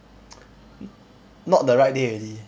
not the right day already